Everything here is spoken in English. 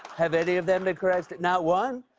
have any of them been correct? not one?